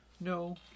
No